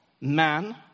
man